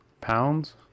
Pounds